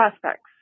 prospects